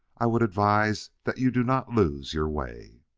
i would advise that you do not lose your way.